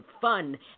fun